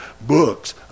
books